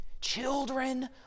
Children